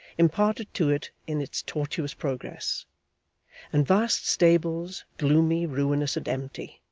imparted to it in its tortuous progress and vast stables, gloomy, ruinous, and empty.